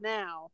now